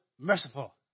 merciful